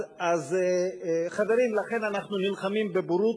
אז, חברים, לכן אנחנו נלחמים בבורות,